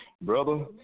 Brother